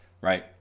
Right